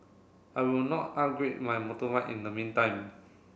I will not upgrade my motorbike in the meantime